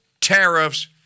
tariffs